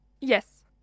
Yes